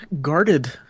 guarded